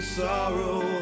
sorrow